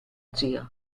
zio